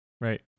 Right